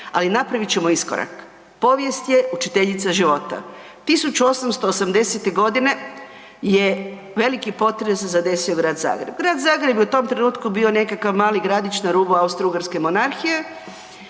ali napravit ćemo iskorak. Povijest je učiteljica života. 1880. godine je veliki potres zadesio Grad Zagreb. Grad Zagreb je u tom trenutku bio nekakav mali gradić na rubu Austro-Ugarske monarhije